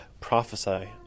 prophesy